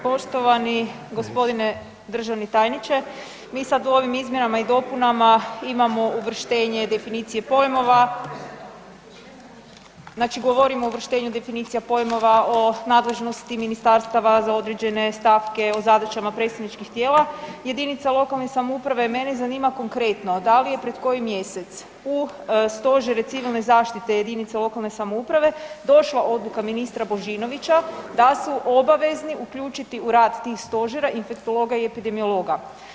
Poštovani gospodine državni tajniče, mi sad u ovim izmjenama i dopunama imamo uvrštenje definicije pojmova, znači govorim o uvrštenju definicija pojmova o nadležnosti ministarstva za određene stavke, o zadaćama predstavničkih tijela jedinica lokalne samouprave, mene zanima konkretno da li je pred koji mjesec u stožere civilne zaštite jedinica lokalne samouprave došla odluka ministra Božinovića da su obavezni uključiti u rad tih stožera infektologa i epidemiologa.